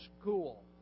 school